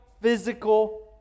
physical